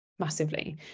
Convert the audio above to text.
massively